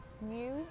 new